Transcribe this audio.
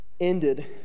ended